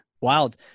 Wild